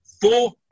four